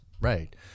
Right